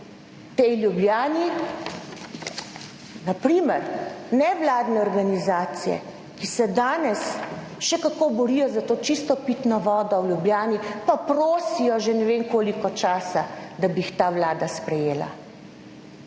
tej Ljubljani, na primer nevladne organizacije, ki se danes še kako borijo za to čisto pitno vodo v Ljubljani, pa prosijo že ne vem koliko časa, da bi jih ta Vlada sprejela.